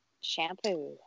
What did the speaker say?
Shampoo